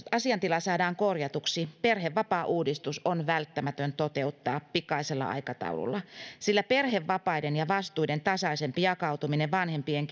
asiantila saadaan korjatuksi perhevapaauudistus on välttämätön toteuttaa pikaisella aikataululla sillä perhevapaiden ja vastuiden tasaisempi jakautuminen vanhempien